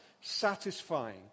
satisfying